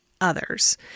others